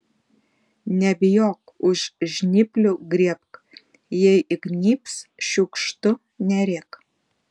nebijok už žnyplių griebk jei įgnybs šiukštu nerėk